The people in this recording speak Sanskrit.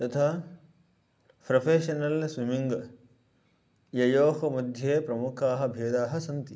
तथा प्रोफ़ेशनल् स्विमिङ्ग् ययोः मध्ये प्रमुखाः भेदाः सन्ति